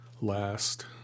last